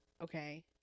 Okay